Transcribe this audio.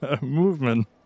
movement